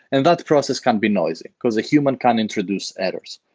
and that the process can be noisy, because a human can introduce adders.